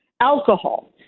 Alcohol